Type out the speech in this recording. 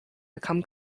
become